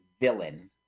villain